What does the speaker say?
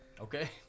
Okay